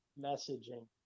messaging